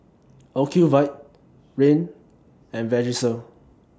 Ocuvite Rene and Vagisil